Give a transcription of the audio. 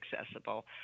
accessible